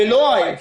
ולא להיפך.